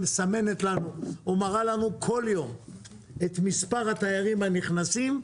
מסמנת לנו או מראה לנו כל יום את מספר התיירים הנכנסים,